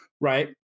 right